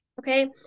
okay